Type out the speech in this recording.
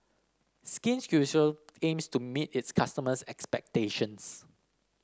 Skin Ceuticals aims to meet its customers' expectations